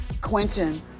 Quentin